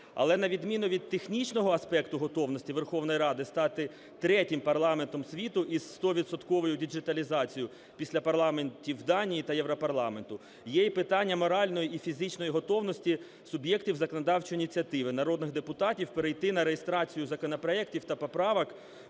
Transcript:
Але на відміну від технічного аспекту готовності Верховної Ради стати третім парламентом світу із 100-відсотковою діджиталізацією, після парламентів Данії та Європарламенту, є і питання моральної, і фізичної готовності суб'єктів законодавчої ініціативи, народних депутатів перейти на реєстрацію законопроектів та поправок